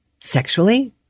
sexually